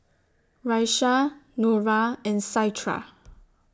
Raisya Nura and Citra